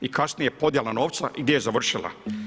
I kasnije podjela novca i gdje je završila?